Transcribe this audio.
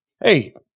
hey